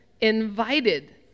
invited